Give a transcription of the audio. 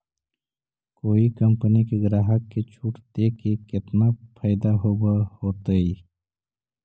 कोई कंपनी के ग्राहक के छूट देके केतना फयदा होब होतई?